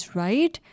right